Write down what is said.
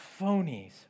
phonies